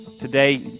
Today